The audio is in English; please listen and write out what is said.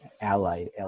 allied